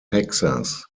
texas